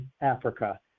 Africa